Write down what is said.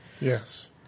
Yes